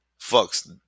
fucks